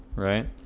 right,